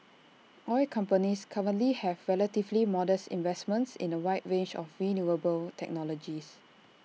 oil companies currently have relatively modest investments in A wide range of renewable technologies